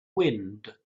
wind